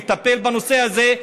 לטפל בנושא הזה,